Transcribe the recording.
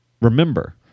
remember